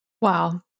Wow